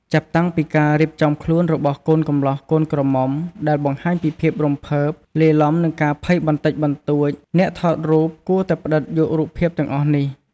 ចាប់តាំងពីការរៀបចំខ្លួនរបស់កូនកំលោះកូនក្រមុំ ដែលបង្ហាញពីភាពរំភើប លាយឡំនឹងការភ័យបន្តិចបន្តួច អ្នកថតរូបគួរតែផ្តិតយករូបភាពទាំងអស់នេះ។